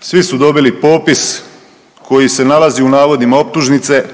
Svi su dobili popis koji se nalazi u navodima optužnice.